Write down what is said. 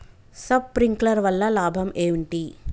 Sprinkler వల్ల లాభం ఏంటి?